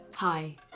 Hi